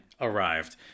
arrived